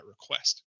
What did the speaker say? request